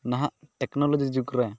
ᱱᱟᱦᱟᱜ ᱴᱮᱠᱱᱳᱞᱳᱡᱤ ᱡᱩᱜᱽ ᱨᱮ